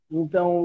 então